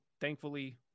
thankfully